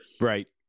Right